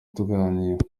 tuganira